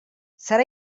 serà